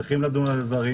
צריכים לדון על הדברים